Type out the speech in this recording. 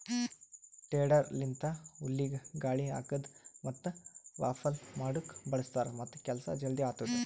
tedder ಲಿಂತ ಹುಲ್ಲಿಗ ಗಾಳಿ ಹಾಕದ್ ಮತ್ತ ವಾಫಲ್ ಮಾಡುಕ್ ಬಳ್ಸತಾರ್ ಮತ್ತ ಕೆಲಸ ಜಲ್ದಿ ಆತ್ತುದ್